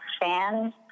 fans